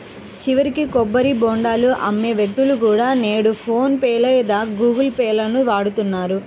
చివరికి కొబ్బరి బోండాలు అమ్మే వ్యక్తులు కూడా నేడు ఫోన్ పే లేదా గుగుల్ పే లను వాడుతున్నారు